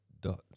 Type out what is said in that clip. Dot